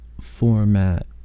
format